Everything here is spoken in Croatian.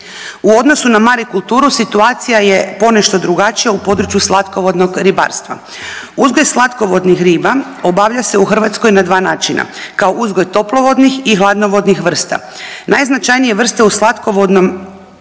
U odnosu na marikulturu, situacija je ponešto drugačija u području slatkovodnog ribarstva. Uzgoj slatkovodnih riba obavlja se u Hrvatskoj na 2 načina, kao uzgoj toplovodnih i hladnovodnih vrsta. Najznačajnije vrste u slatkovodnom uzgoju